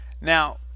Now